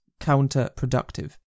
counterproductive